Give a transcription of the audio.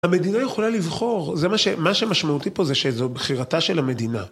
המדינה יכולה לבחור, מה שמשמעותי פה זה שזו בחירתה של המדינה.